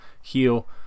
Heal